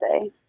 say